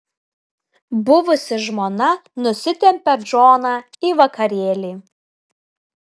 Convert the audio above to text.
buvusi žmona nusitempia džoną į vakarėlį